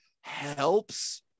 helps